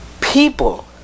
People